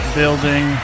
building